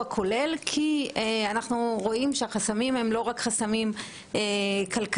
כולל כי אנחנו רואים שהחסמים הם לא רק חסמים כלכליים,